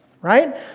Right